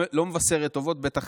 מבשרת טובות, בטח